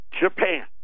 Japan